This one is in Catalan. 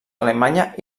alemanya